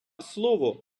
слово